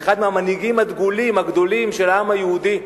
של אחד מהמנהיגים הדגולים, הגדולים של העם היהודי,